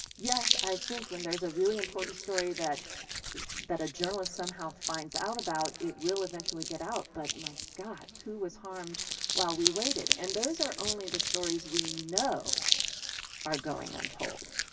yes, i think when there's a really important story that that a journalist somehow finds out about, it will eventually get out. but my god, who was harmed while we waited? and those are only the stories we know are going untold.